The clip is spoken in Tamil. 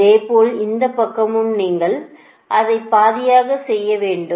அதேபோல் இந்த பக்கமும் நீங்கள் அதை பாதியாக செய்ய வேண்டும்